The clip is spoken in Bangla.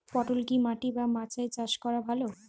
পটল কি মাটি বা মাচায় চাষ করা ভালো?